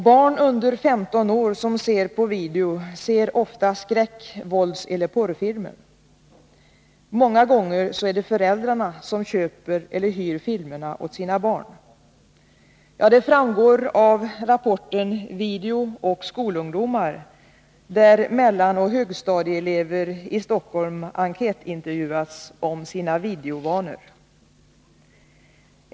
Barn under 15 år som ser på video ser ofta skräck-, våldsoch porrfilmer. Många gånger är det föräldrarna som köper eller hyr filmerna åt sina barn. Det framgår av rapporten Video och skolungdomar, där mellanoch högstadieelever i Stockholm enkätintervjuats om sina videovanor.